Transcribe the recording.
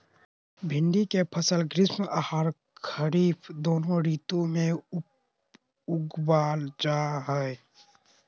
भिंडी के फसल ग्रीष्म आर खरीफ दोनों ऋतु में उगावल जा हई